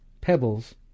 pebbles